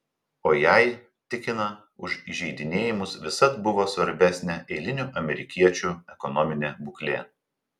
o jai tikina už įžeidinėjimus visad buvo svarbesnė eilinių amerikiečių ekonominė būklė